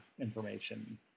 information